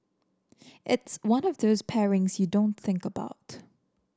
it's one of those pairings you don't think about